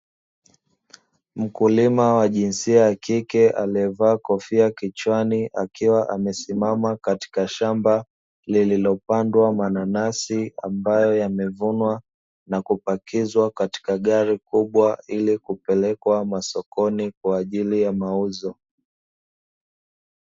Mkulima wa jinsia ya kike aliyevaa kofia kichwani akiwa amesimama katika shamba lililopandwa mananasi ambayo yamevunwa na kupakizwa katika gari kubwa, ili kupelekwa masokoni kwa ajili ya mauzo.